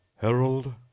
Herald